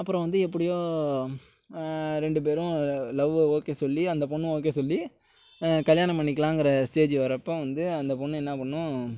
அப்புறம் வந்து எப்படியோ ரெண்டு பேரும் லவ்வை ஓகே சொல்லி அந்த பொண்ணும் ஓகே சொல்லி கல்யாணம் பண்ணிக்கலாம்ங்குற ஸ்டேஜ் வரப்ப வந்து அந்த பொண்ணு என்ன பண்ணும்